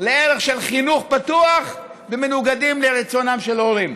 לערך של חינוך פתוח ומנוגדים לרצונם של הורים.